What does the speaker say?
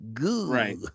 right